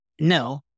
No